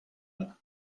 all